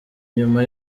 nyuma